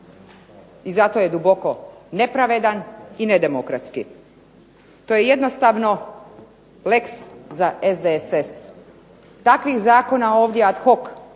i zato je duboko nepravedan i nedemokratski. To je jednostavno lex za SDSS. Takvih zakona ovdje ad hoc za